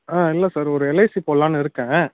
ஆ இல்லை சார் ஒரு எல்ஐசி போடலான்னு இருக்கேன்